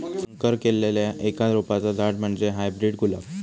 संकर केल्लल्या एका रोपाचा झाड म्हणजे हायब्रीड गुलाब